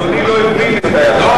אדוני לא הבין את ההערה